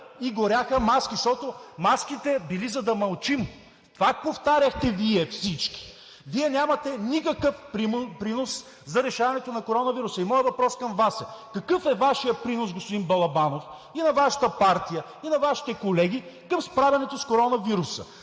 и горяха маски, защото маските били, за да мълчим – това повтаряхте всички Вие. Вие нямате никакъв принос за решаването на коронавируса. Моят въпрос към Вас е: какъв е Вашият принос, господин Балабанов, и на Вашата партия, и на Вашите колеги към справянето с коронавируса?